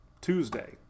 Tuesday